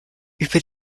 über